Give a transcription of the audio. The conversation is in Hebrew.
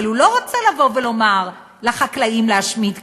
אבל הוא לא רוצה לומר לחקלאים להשמיד,